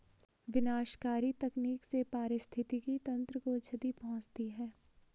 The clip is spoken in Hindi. विनाशकारी तकनीक से पारिस्थितिकी तंत्र को क्षति पहुँचती है